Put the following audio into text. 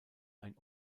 ein